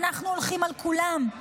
אנחנו הולכים על כולם.